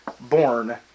born